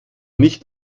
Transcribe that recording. nicht